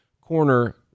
corner